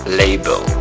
label